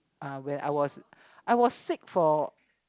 uh when I was I was sick for